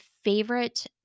favorite